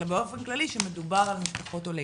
אלא באופן כללי שמדובר על משפחות עולים.